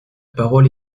parole